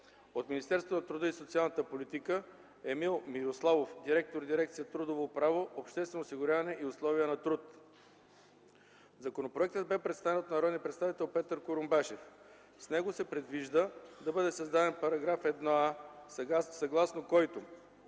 на Министерството на труда и социалната политика – Емил Мирославов, директор дирекция „Трудово право, обществено осигуряване и условия на труд”. Законопроектът бе представен от народния представител Петър Курумбашев. С него се предвижда да бъде създаден § 1а, съгласно който